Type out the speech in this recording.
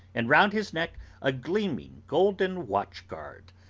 and round his neck a gleaming golden watch-guard.